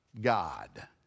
God